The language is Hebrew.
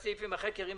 גם אני ביקשתי לנמק עוד.